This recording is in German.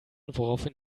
woraufhin